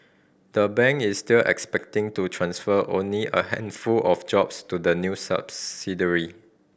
the bank is still expecting to transfer only a handful of jobs to the new subsidiary